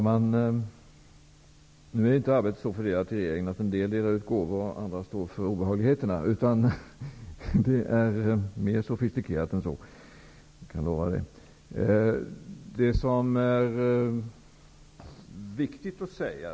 Herr talman! Arbetet i regeringen är inte så fördelat att en del delar ut gåvor medan andra står för obehagligheter. Det går mer sofisitikerat till än så. Det kan jag lova.